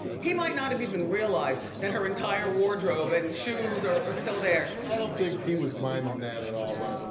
he might not have even realized that her entire wardrobe and shoes are are still there. i don't think he was minding that at all